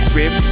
rip